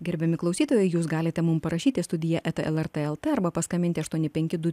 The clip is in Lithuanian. gerbiami klausytojai jūs galite mum parašyti studiją eta lrt el t arba paskambinti aštuoni penki du